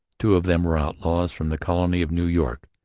two of them were outlaws from the colony of new york,